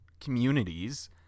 communities